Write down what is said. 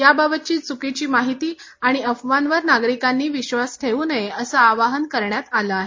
याबाबतची चुकीची माहिती आणि अफवांवर नागरिकांनी विश्वास ठेवू नये असं आवाहन करण्यात आलं आहे